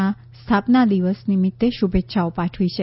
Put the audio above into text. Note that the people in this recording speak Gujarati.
ના સ્થાપના દિવસે તેમને શુભેચ્છાઓ પાઠવી છે